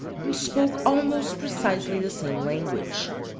and spoke almost precisely the same language.